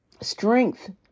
strength